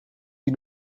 die